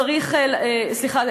סליחה,